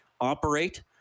operate